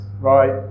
right